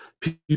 People